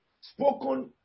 Spoken